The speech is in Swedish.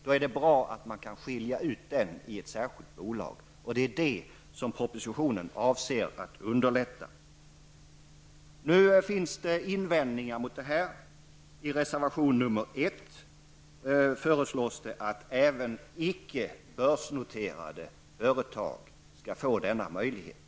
Då är det bra att man kan skilja ut den i ett särskilt bolag. Det är det som propositionen avser att underlätta. Nu finns det invändningar mot propositionens förslag. I reservation nr 1 föreslås att även icke börsnoterade företag skall få denna möjlighet.